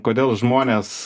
kodėl žmonės